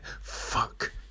fuck